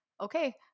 Okay